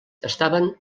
estaven